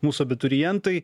mūsų abiturientai